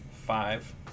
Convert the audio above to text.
five